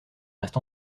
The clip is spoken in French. reste